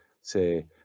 say